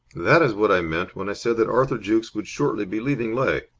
that is what i meant when i said that arthur jukes would shortly be leaving leigh.